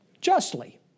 Justly